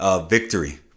victory